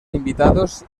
invitados